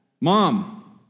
Mom